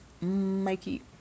Mikey